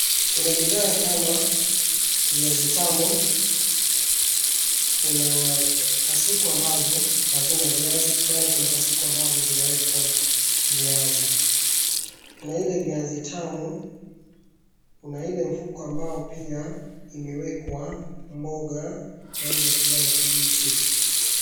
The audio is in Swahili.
Kuna bidhaa kama viazi tamu , kuna kasuku ambazo hazina viazi bali kuna kasuku ambazo zimewekwa viazi. Kuna ile viazi tamu , kuna ile mfuko ambayo pia imewekwa mboga kwa rangi ya kijani kibichi.